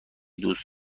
دوس